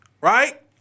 Right